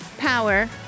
power